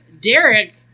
Derek